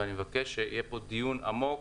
ואני מבקש שיהיה פה דיון עמוק